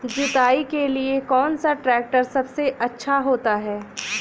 जुताई के लिए कौन सा ट्रैक्टर सबसे अच्छा होता है?